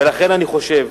ולכן אני חושב,